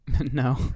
no